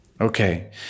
Okay